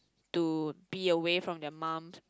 to be aware from their mum